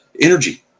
energy